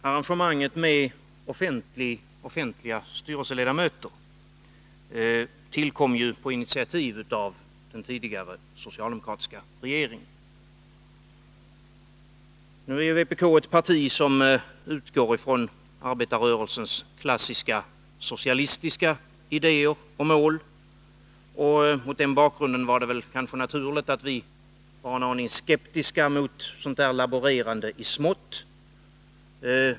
Herr talman! Arrangemanget med offentliga styrelseledamöter tillkom ju på initiativ av den tidigare socialdemokratiska regeringen. Nu är ju vpk ett parti som utgår från arbetarrörelsens klassiska socialistiska idéer och mål. Mot den bakgrunden var det kanske naturligt att vi var en aning skeptiska mot ett sådant här laborerande i smått.